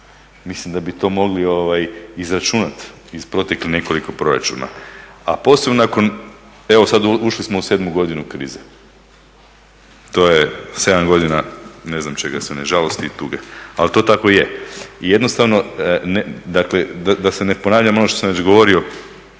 Mislim da bi to mogli izračunat iz proteklih nekoliko proračuna, a posebno nakon evo sad ušli smo u 7. godinu krize, to je 7 godina ne znam čega sve ne, žalosti i tuge, ali to tako je i jednostavno dakle da se ne ponavljam ono što sam već govorio